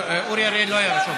אורי אריאל לא היה רשום.